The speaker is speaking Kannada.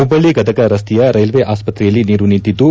ಹುಬ್ಬಳ್ಳಿ ಗದಗ ರಸ್ತೆಯ ರೈಲ್ವೆ ಆಸ್ವತ್ತೆಯಲ್ಲಿ ನೀರು ನಿಂತಿದ್ದು